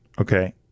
okay